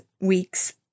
week's